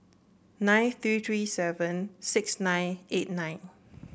nine three three seven six nine eight nine